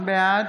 בעד